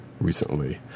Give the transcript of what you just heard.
recently